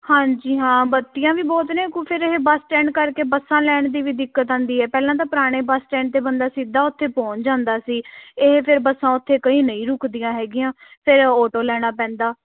ਹਾਂਜੀ ਹਾਂ ਬੱਤੀਆਂ ਵੀ ਬਹੁਤ ਨੇ ਕੁ ਫਿਰ ਇਹ ਬੱਸ ਸਟੈਂਡ ਕਰਕੇ ਬੱਸਾਂ ਲੈਣ ਦੀ ਵੀ ਦਿੱਕਤ ਆਉਂਦੀ ਹੈ ਪਹਿਲਾਂ ਤਾਂ ਪੁਰਾਣੇ ਸਟੈਂਡ 'ਤੇ ਬੰਦਾ ਸਿੱਧਾ ਉੱਥੇ ਪਹੁੰਚ ਜਾਂਦਾ ਸੀ ਇਹ ਫਿਰ ਬੱਸਾਂ ਉੱਥੇ ਕਈ ਨਹੀਂ ਰੁਕਦੀਆਂ ਹੈਗੀਆਂ ਫਿਰ ਓਟੋ ਲੈਣਾ ਪੈਂਦਾ